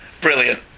Brilliant